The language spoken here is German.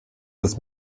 des